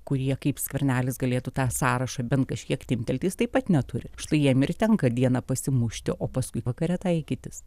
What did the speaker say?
kurie kaip skvernelis galėtų tą sąrašą bent kažkiek timptelti jis taip pat neturi štai jiem ir tenka dieną pasimušti o paskui vakare taikytis